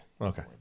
Okay